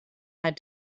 had